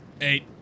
Eight